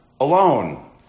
alone